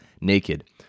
naked